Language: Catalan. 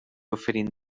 oferint